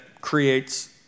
creates